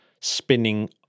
spinning